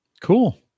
Cool